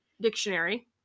dictionary